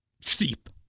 steep